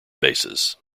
bases